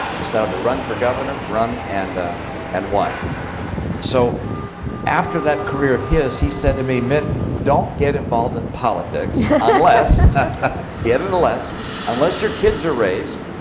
decided to run for governor, ran and and won. so after that career of his, he said to me, mitt, don't get involved in politics unless he had an unless unless your kids are raised,